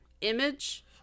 image